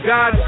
God